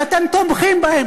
שאתם תומכים בהם,